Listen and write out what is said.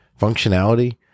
functionality